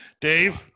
Dave